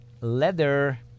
leather